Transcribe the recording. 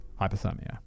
Hypothermia